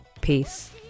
peace